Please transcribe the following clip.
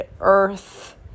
earth